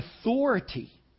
authority